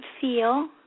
feel